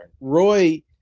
Roy